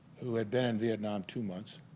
who had been in vietnam two months